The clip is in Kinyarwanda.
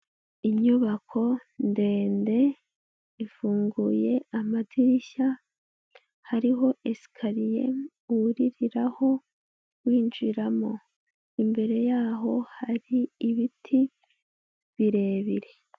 Inyubako ndende ifunguye amadirishya, hariho esikariye wuriraho winjiramo, imbere yaho hari ibiti birebire.